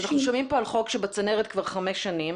אז אנחנו שומעים פה על חוק שבצנרת כבר חמש שנים,